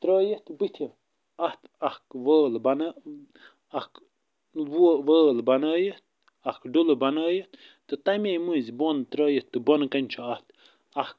تٔرٛٲیِتھ بُتھِہِ اَتھ اَکھ وٲل بۄنہٕ اَکھ وول وٲل بنٲیِتھ اکھ ڈُلہٕ بنٲیِتھ تہٕ تَمیٚے مٔنٛزۍ بۄن تٔرٛٲیِتھ تہٕ بۄنہٕ کَنہِ چھُ اَتھ اکھ